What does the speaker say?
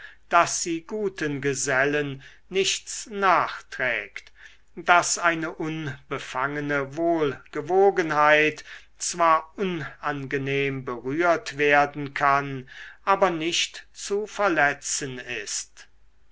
daß sie guten gesellen nichts nachträgt daß eine unbefangene wohlgewogenheit zwar unangenehm berührt werden kann aber nicht zu verletzen ist